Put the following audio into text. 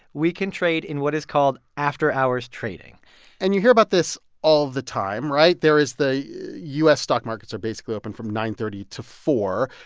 we can trade in what is called after-hours trading and you hear about this all of the time, right? there is the u s. stock markets are basically open from nine thirty to four